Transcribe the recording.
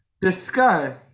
discuss